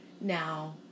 now